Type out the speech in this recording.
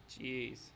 Jeez